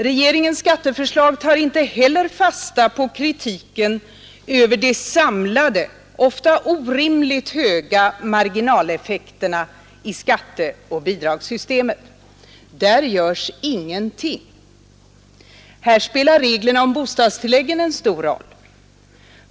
Regeringens skatteförslag tar heller inte fasta på kritiken över de samlade, ofta orimligt höga marginaleffekterna i skatteoch bidragssystemet. Där görs ingenting. Här spelar reglerna om bostadstilläggen en stor roll.